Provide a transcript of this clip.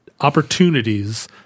opportunities